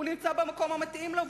הוא נמצא במקום המתאים לו,